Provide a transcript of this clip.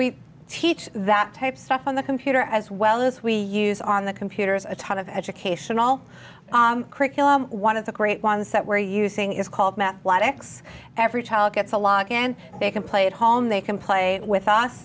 we teach that type stuff on the computer as well as we use on the computers a ton of educational curriculum one of the great ones that we're using is called math logics every child gets a lock and they can play at home they can play it with us